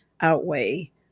outweigh